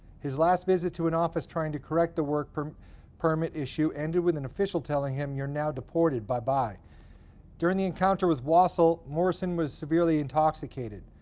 his last visit to an office trying to correct the work permit permit issue ended with an official telling him, you're now deported, bye-bye. during the encounter with wassel, morrison was severely intoxicated.